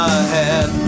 ahead